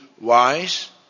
wise